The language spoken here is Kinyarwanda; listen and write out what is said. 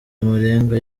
amarenga